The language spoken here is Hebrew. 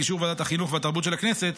באישור ועדת החינוך והתרבות של הכנסת,